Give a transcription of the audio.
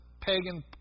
pagan